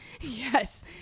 Yes